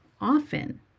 often